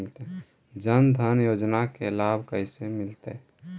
जन धान योजना के लाभ कैसे मिलतै?